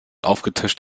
aufgetischt